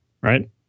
right